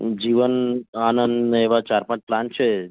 હં જીવન આનંદને એવા ચાર પાંચ પ્લાન છે